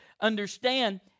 understand